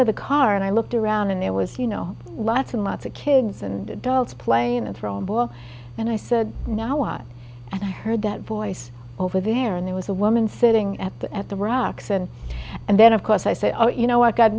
of the car and i looked around and there was you know lots and lots of kids and adults playing and throw a book and i said now what i heard that voice over there and there was a woman sitting at the at the rucks and and then of course i said oh you know i got